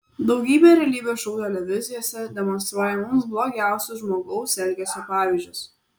daugybė realybės šou televizijose demonstruoja mums blogiausius žmogaus elgesio pavyzdžius